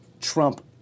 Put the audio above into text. Trump